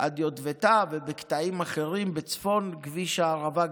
עד יוטבתה ובקטעים אחרים בצפון כביש הערבה,